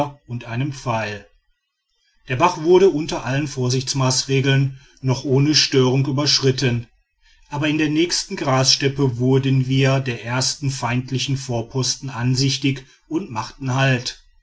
und einem pfeil der bach wurde unter allen vorsichtsmaßregeln noch ohne störung überschritten aber in der nächsten grassteppe wurden wir der ersten feindlichen vorposten ansichtig und machten halt